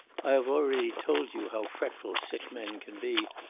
i have already told you how fretful sick men can be,